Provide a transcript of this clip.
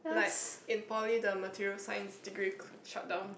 like in poly the material science degree shut down